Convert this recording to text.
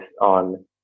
on